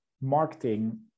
marketing